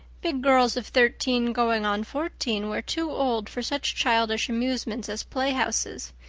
big girls of thirteen, going on fourteen, were too old for such childish amusements as playhouses,